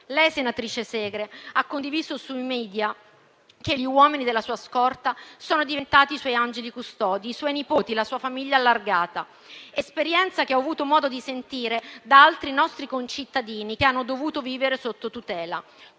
Lei, senatrice Segre, ha condiviso sui *media* che gli uomini della sua scorta sono diventati i suoi angeli custodi, i suoi nipoti, la sua famiglia allargata; esperienza che ho avuto modo di sentire anche da altri nostri concittadini che hanno dovuto vivere sotto tutela.